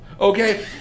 Okay